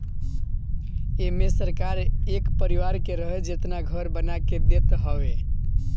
एमे सरकार एक परिवार के रहे जेतना घर बना के देत हवे